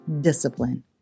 Discipline